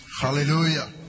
Hallelujah